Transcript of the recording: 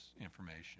information